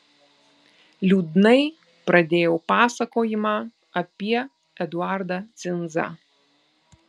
liūdnai pradėjau pasakojimą apie eduardą cinzą